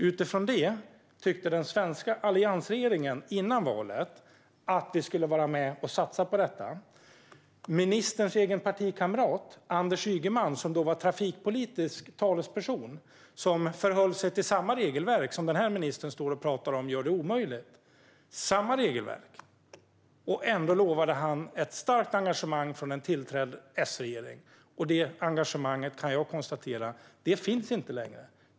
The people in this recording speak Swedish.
Utifrån det tyckte den svenska alliansregeringen före valet att vi skulle vara med och satsa på detta. Ministerns egen partikamrat Anders Ygeman, som då var trafikpolitisk talesperson, förhöll sig till samma regelverk som den här ministern säger gör det omöjligt. Ändå lovade han ett starkt engagemang från en tillträdd S-regering. Det engagemanget, kan jag konstatera, finns inte längre.